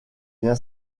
bien